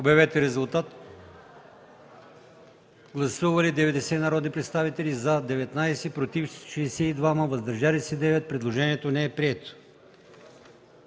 от комисията. Гласували 82 народни представители: за 16, против 62, въздържали се 4. Предложението не е прието.